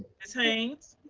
ms. haynes.